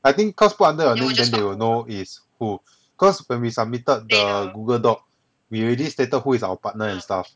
I think cause put under our name then they will know is who cause when we submitted the google doc we already stated who is our partner and stuff